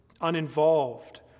uninvolved